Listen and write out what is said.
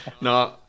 No